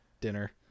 dinner